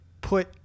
put